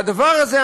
והדבר הזה,